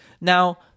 Now